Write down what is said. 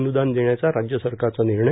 अन्दान देण्याचा राज्य सरकारचा निर्णय